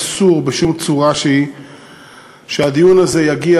אסור בשום צורה שהיא שהדיון הזה יגיע